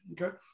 okay